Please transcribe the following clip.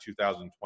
2020